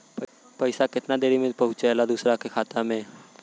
पैसा कितना देरी मे पहुंचयला दोसरा के खाता मे?